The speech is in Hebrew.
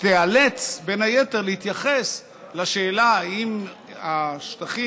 תיאלץ בין היתר להתייחס לשאלה אם השטחים